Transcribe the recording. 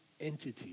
entity